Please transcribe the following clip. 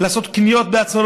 לעשות קניות בעצמו,